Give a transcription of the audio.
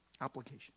application